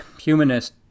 humanist